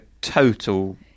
total